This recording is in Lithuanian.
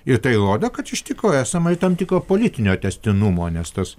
ir tai rodo kad iš tikro esama ir tam tikro politinio tęstinumo nes tas